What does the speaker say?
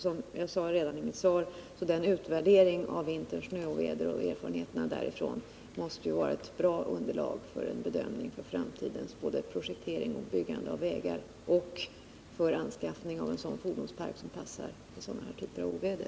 Som jag sade i mitt svar måste en utvärdering av vinterns snöoväder och erfarenheterna av dessa vara ett bra underlag vid bedömningen av framtiden vad gäller både projektering för byggande av vägar och anskaffning av en sådan fordonspark som passar sådana här typer av oväder.